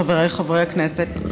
חבריי חברי הכנסת,